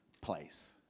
place